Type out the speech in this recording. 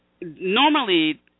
normally